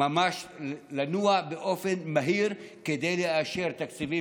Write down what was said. לנוע ממש באופן מהיר לאשר תקציבים